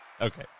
okay